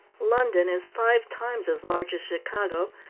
london is five times as large as chicago,